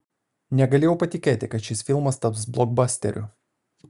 negalėjau patikėti kad šis filmas taps blokbasteriu